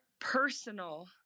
personal